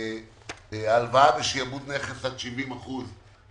הלוואה ושעבוד נכס עד 70 אחוזים.